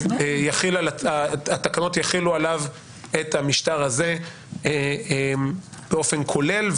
אז התקנות יחולו עליו את המשטר הזה באופן כולל,